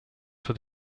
for